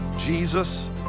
Jesus